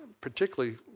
particularly